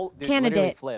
Candidate